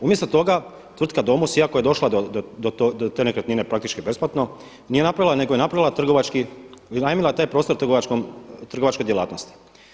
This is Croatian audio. Umjesto toga tvrtka Domos, iako je došla do te nekretnine praktički besplatno, nije napravila nego je napravila trgovački, iznajmila taj prostor trgovačkoj djelatnosti.